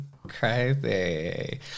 Crazy